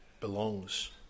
Belongs